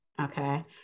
Okay